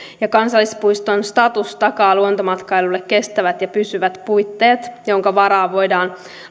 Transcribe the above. kansallispuiston status takaa luontomatkailulle kestävät ja pysyvät puitteet joiden varaan voidaan